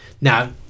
now